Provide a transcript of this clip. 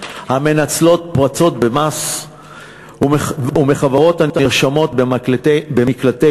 המנצלות פרצות במס ומחברות הנרשמות במקלטי